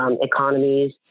economies